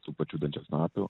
tų pačių dančiasnapių